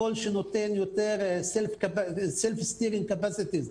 הקול שנותן יותר self-estives & capacities,